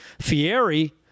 Fieri